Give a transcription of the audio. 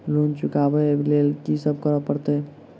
Loan चुका ब लैल की सब करऽ पड़तै?